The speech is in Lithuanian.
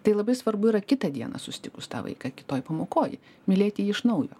tai labai svarbu yra kitą dieną susitikus tą vaiką kitoj pamokoj mylėti jį iš naujo